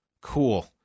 Cool